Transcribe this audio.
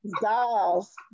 dolls